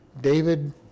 David